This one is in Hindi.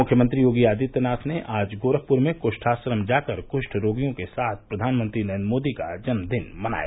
मुख्यमंत्री योगी आदित्यनाथ ने आज गोरखपुर में कुष्ठाश्रम जाकर कुष्ठ रोगियों के साथ प्रधानमंत्री नरेन्द्र मोदी का जन्मदिन मनाया